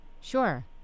sure